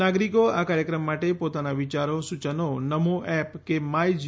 નાગરિકો આ કાર્યક્રમ માટે પોતાના વિચારો સૂચનો નમો એપકે માય જી